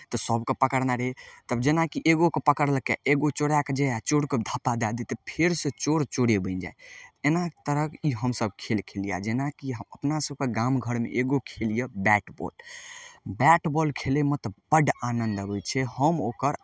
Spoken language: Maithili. तऽ सबके पकड़ने रहय तब जेनाकि एगोके पकड़लकय एगो चोरयके जाइ आओर चोरके धप्पा दए दै तऽ फेरसँ चोर चोरे बनि जाइ एना तरहके ई हमसब खेल खेलियै आओर जेनाकि अपना सबके गाम घरमे एगो खेल यऽ बैट बॉल बैट बॉल खेलयमे तऽ बड्ड आनन्द अबय छै हम ओकर